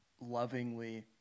lovingly